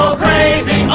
crazy